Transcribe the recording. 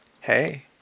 Hey